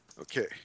Okay